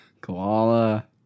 Koala